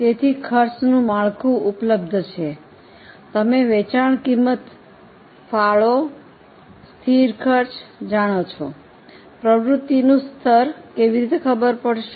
તેથી ખર્ચ માળખું ઉપલબ્ધ છે તમે વેચાણ કિંમત ફાળા સ્થિર ખર્ચ જાણો છો પ્રવૃત્તિનું સ્તર કેવી રીતે ખબર પડશે